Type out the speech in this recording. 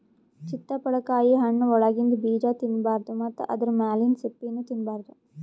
ಚಿತ್ತಪಳಕಾಯಿ ಹಣ್ಣ್ ಒಳಗಿಂದ ಬೀಜಾ ತಿನ್ನಬಾರ್ದು ಮತ್ತ್ ಆದ್ರ ಮ್ಯಾಲಿಂದ್ ಸಿಪ್ಪಿನೂ ತಿನ್ನಬಾರ್ದು